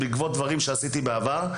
בעקבות דברים שעשיתי בעבר.